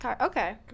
Okay